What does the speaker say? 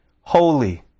holy